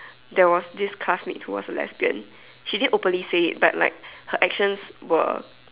there was this classmate who was a lesbian she didn't open say it but like her actions were